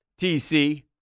TC